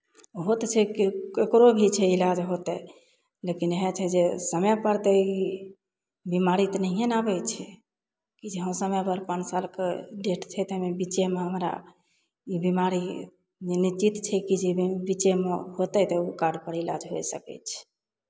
ओहो तऽ छै ककरो भी छै इलाज होतै लेकिन इएह छै जे समयपर तऽ ई बिमारी तऽ नहिए ने आबै छै ई जे हँ समयपर पाँच सालके डेट छै तऽ एहिमे बीचेमे हमरा बिमारी जे निश्चित छै कि जे बी बीचेमे होतै तऽ ओ कार्डपर इलाज होइ सकै छै